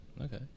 Okay